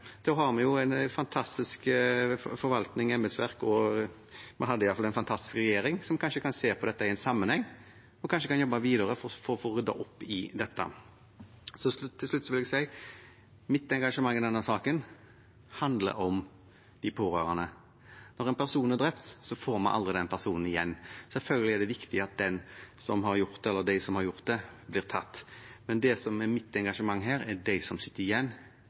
da har vi en fantastisk forvaltning, et fantastisk embetsverk og en regjering – vi hadde i alle fall en fantastisk regjering – som kanskje kan se dette i sammenheng, og som kan jobbe videre for å få ryddet opp i det. Mitt engasjement i denne saken handler om de pårørende. Når en person er drept, får vi aldri den personen tilbake. Selvfølgelig er det viktig at de eller den som har gjort det, blir tatt, men mitt engasjement her er for dem som sitter igjen